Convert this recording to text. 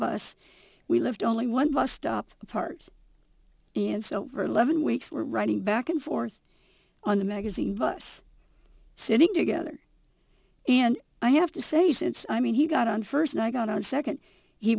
bus we lived only one bus stop part and so for eleven weeks we're running back and forth on the magazine bus sitting together and i have to say since i mean he got on first and i got on second he